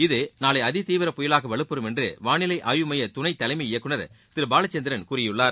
இது நாளை அதி தீவிர புயலாக வலுப்பெறும் என்று வானிலை ஆய்வு மைய துணைத்தலைமை இயக்குநர் திரு பாலச்சந்திரன் கூறியுள்ளார்